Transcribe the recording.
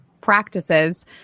practices